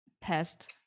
test